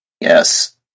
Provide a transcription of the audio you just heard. Yes